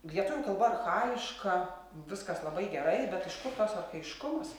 lietuvių kalba archajiška viskas labai gerai bet iš kur tas archajiškumas